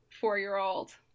four-year-old